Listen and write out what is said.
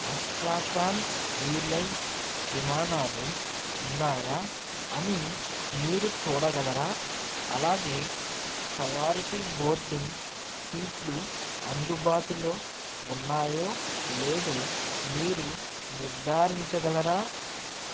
Astrakhan airlines విమానాలు ఉన్నాయా అని మీరు చూడగలరా అలాగే ప్రయారిటీ బోర్డింగ్ సీట్లు అందుబాటులో ఉన్నాయో లేదో మీరు నిర్ధారించగలరా